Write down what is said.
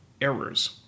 errors